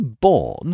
born